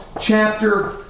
chapter